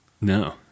No